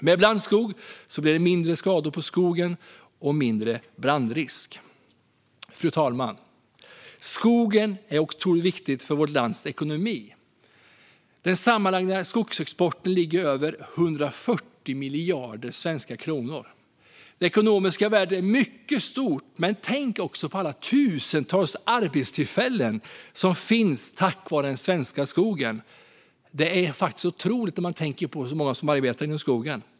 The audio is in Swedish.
Med blandskog blir det mindre skador på skogen och mindre brandrisk. Fru talman! Skogen är också otroligt viktig för vårt lands ekonomi. Den sammanlagda skogsexporten ligger på över 140 miljarder svenska kronor. Det ekonomiska värdet är mycket stort. Men tänk också på alla tusentals arbetstillfällen som finns tack vare den svenska skogen! Det är otroligt hur många som arbetar inom skogen.